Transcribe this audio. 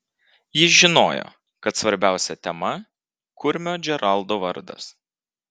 jis žinojo kad svarbiausia tema kurmio džeraldo vardas